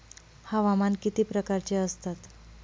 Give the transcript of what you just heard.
हवामान किती प्रकारचे असतात?